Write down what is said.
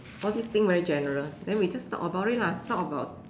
all these thing very general then we just talk about it lah talk about